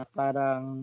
parang